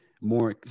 more